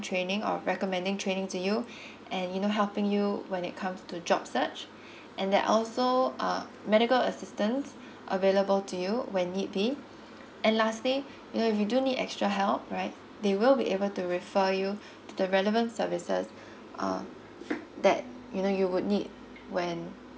training or recommending training to you and you know helping you when it comes to job search and then also uh medical assistance available to you when need be and lastly you know if you do need extra help right they will be able to refer you to the relevant services um that you know you would need when